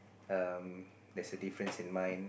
um there's a difference in mine